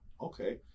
Okay